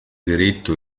diritto